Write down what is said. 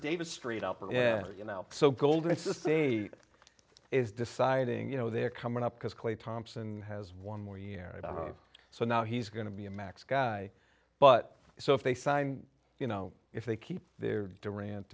davis straight up and you know so coldness is say is deciding you know they're coming up because clay thompson has one more year so now he's going to be a max guy but so if they sign you know if they keep their